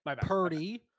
Purdy